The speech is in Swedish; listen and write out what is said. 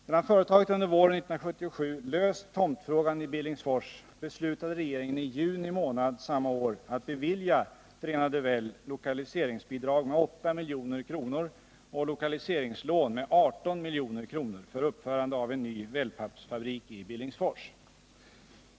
Sedan företaget under våren 1977 löst tomtfrågan i Billingsfors beslutade regeringen i juni månad samma år att bevilja Förenade Well lokaliseringsbidrag med 8 milj.kr. och lokaliseringslån med 18 milj.kr. för uppförande av en ny wellpappfabrik i Billingsfors.